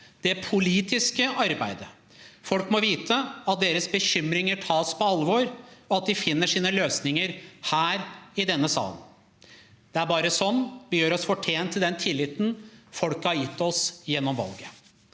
det politiske arbeidet. Folk må vite at deres bekymringer tas på alvor, og at de finner sine løsninger her i denne sal. Det er bare sånn vi gjør oss fortjent til den tilliten folk har gitt oss gjennom valget.